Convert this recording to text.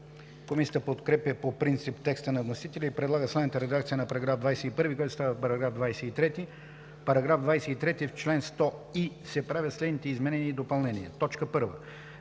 Комисията подкрепя по принцип текста на вносителя и предлага следната редакция на § 21, който става § 23: „§ 23. В чл. 100и се правят следните изменения и допълнения: 1.